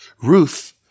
Ruth